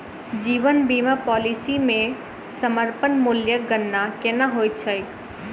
जीवन बीमा पॉलिसी मे समर्पण मूल्यक गणना केना होइत छैक?